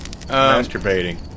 masturbating